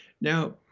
Now